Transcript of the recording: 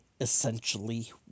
essentially